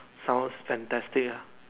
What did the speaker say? sound fantastic lah